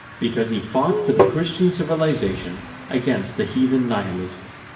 because he fought for the christian civilization against the heathen nihilism.